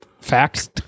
Facts